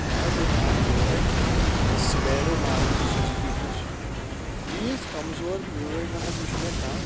مےٚ حظ أنۍ اکھ گٲڑۍ یس سِلیرو ماروتی سُزوٗکی ہٕنٛز چھِ ییٖژ کَمزور گٲڑۍ نہ حظ وٕچھ مےٚ کانٛہہ